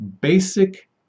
basic